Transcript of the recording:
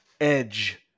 edge